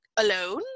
alone